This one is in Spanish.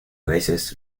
veces